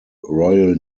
royal